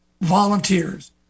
volunteers